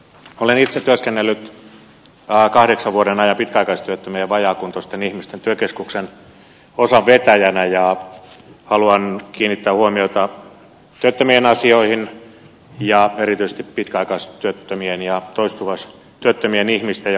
olen itse työskennellyt kahdeksan vuoden ajan pitkäaikaistyöttömien ja vajaakuntoisten ihmisten työkeskuksen osan vetäjänä ja haluan kiinnittää huomiota työttömien asioihin ja erityisesti pitkäaikaistyöttömien ja vajaakuntoisten asioihin